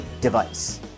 device